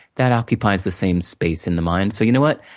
that occupies the same space in the mind, so you know what?